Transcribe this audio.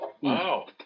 Wow